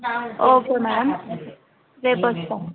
okay madam రేపు వస్తాం